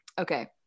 Okay